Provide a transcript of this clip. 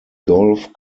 golf